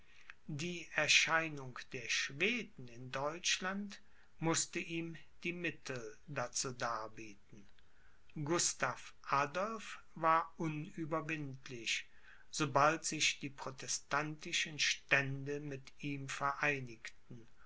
die erscheinung der schweden in deutschland mußte ihm die mittel dazu darbieten gustav adolph war unüberwindlich sobald sich die protestantischen stände mit ihm vereinigten